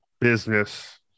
business